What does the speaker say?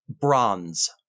Bronze